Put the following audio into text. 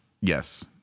Yes